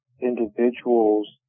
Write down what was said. individuals